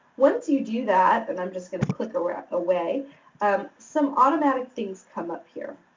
once you do that and i'm just going to click away away um some automatic things come up here.